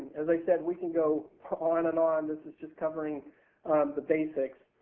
as i said, we can go on and on. this is just covering the basics.